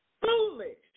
foolish